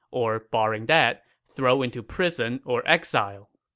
or barring that, throw into prison or exile?